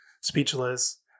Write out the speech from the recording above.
speechless